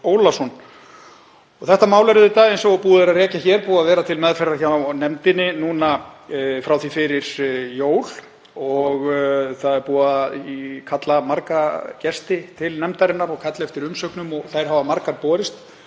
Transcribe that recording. Þetta mál er, eins og búið er að rekja hér, búið að vera til meðferðar hjá nefndinni frá því fyrir jól og búið að kalla marga gesti til nefndarinnar og kalla eftir umsögnum og þær hafa margar borist.